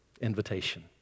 invitation